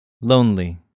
Lonely